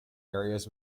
areas